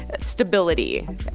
stability